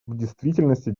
действительности